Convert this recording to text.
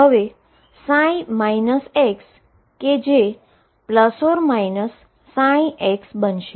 હવે ψ કે જે ±ψ બનશે